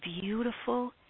beautiful